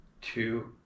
two